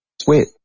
sweat